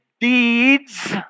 deeds